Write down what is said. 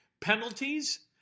Penalties